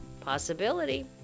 possibility